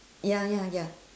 ya ya ya